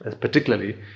particularly